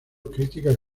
críticas